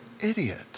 idiot